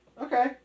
Okay